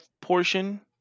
portion